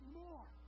more